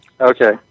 Okay